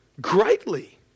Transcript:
greatly